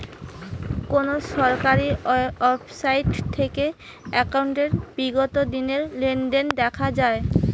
কোন সরকারি ওয়েবসাইট থেকে একাউন্টের বিগত দিনের লেনদেন দেখা যায়?